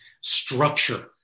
structure